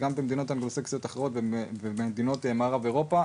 גם שם וגם במדינות אנגלו-סכסיות אחרות ובמדינות מערב אירופה,